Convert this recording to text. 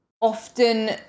often